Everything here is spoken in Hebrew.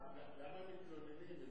למה מתלוננים?